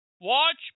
Watch